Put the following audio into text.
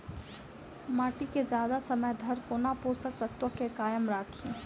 माटि केँ जियादा समय धरि कोना पोसक तत्वक केँ कायम राखि?